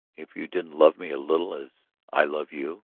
if you didn't love me a little as i love you?